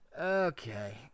Okay